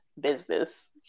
business